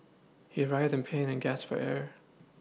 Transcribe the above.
he writhed in pain and gasped for air